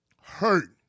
hurt